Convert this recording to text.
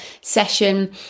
session